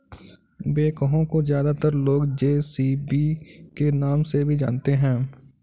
backhoe को ज्यादातर लोग जे.सी.बी के नाम से भी जानते हैं